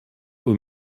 aux